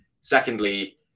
Secondly